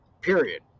period